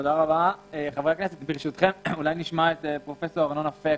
נשמע את פרופסור ארנון אפק,